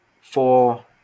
four